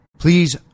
Please